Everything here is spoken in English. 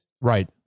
Right